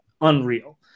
unreal